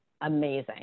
amazing